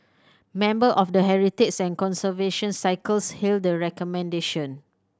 member of the heritage and conservation circles hailed the recommendation